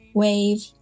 wave